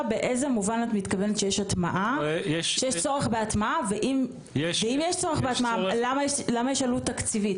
אז באיזה מובן יש צורך בהטמעה וממה נובעת העלות התקציבית?